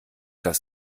dass